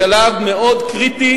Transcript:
בשלב מאוד קריטי